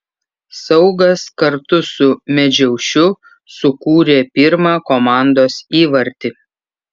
saugas kartu su medžiaušiu sukūrė pirmą komandos įvartį